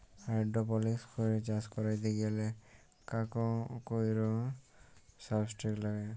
hydroponics করে চাষ ক্যরতে গ্যালে কাক কৈর সাবস্ট্রেট লাগে